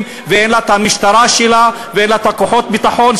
ואין לה המשטרה שלה ואין לה כוחות הביטחון,